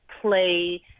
play